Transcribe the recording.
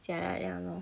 jialat [liao] lor